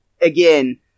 again